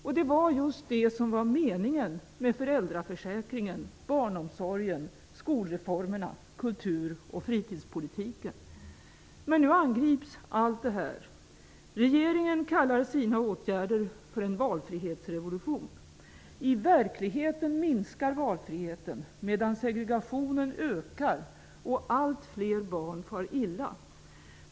Det var just det som var meningen med föräldraförsäkringen, barnomsorgen, skolreformerna, kultur och fritidspolitiken. Men nu angrips allt detta. Regeringen kallar sina åtgärder för en ''valfrihetsrevolution''. I verkligheten minskar valfriheten, medan segregationen ökar och allt fler barn far illa.